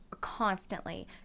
constantly